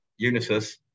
Unisys